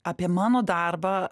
apie mano darbą